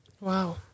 Wow